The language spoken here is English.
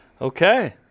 Okay